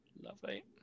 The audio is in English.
Lovely